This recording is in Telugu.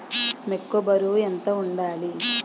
మొక్కొ బరువు ఎంత వుండాలి?